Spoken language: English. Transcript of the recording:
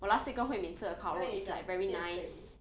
我 last week 跟 hui min 吃了烤肉 it's like very nice